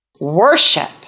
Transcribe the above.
Worship